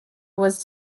was